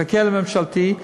תחכה לממשלתי,